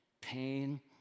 pain